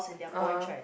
(uh huh)